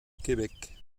québec